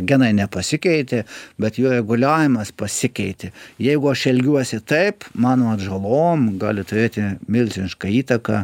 genai nepasikeitė bet jų reguliavimas pasikeitė jeigu aš elgiuosi taip mano atžalom gali turėti milžinišką įtaką